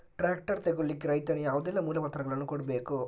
Tractor ತೆಗೊಳ್ಳಿಕೆ ರೈತನು ಯಾವುದೆಲ್ಲ ಮೂಲಪತ್ರಗಳನ್ನು ಕೊಡ್ಬೇಕು?